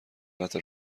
قطع